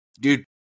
Dude